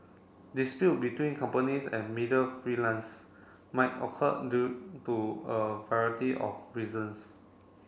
dispute between companies and media freelance might occur due to a variety of reasons